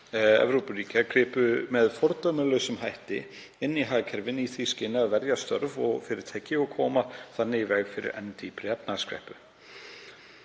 Evrópuríkja gripu með fordæmalausum hætti inn í hagkerfin í því skyni að verja störf og fyrirtæki og koma þannig í veg fyrir enn dýpri efnahagskreppu.